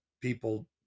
people